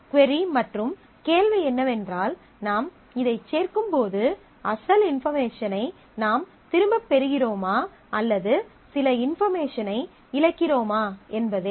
கொரி மற்றும் கேள்வி என்னவென்றால் நாம் இதை சேர்க்கும்போது அசல் இன்பார்மேஷனை நாம் திரும்பப் பெறுகிறோமா அல்லது சில இன்பார்மேஷனை இழக்கிறோமா என்பதே